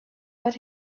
but